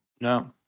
No